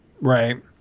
Right